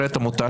דיברת אתמול,